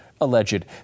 alleged